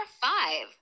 five